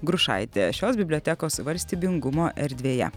grušaite šios bibliotekos valstybingumo erdvėje